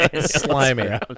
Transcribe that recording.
Slimy